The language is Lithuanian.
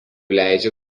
leidžia